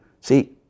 See